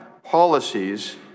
policies